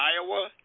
Iowa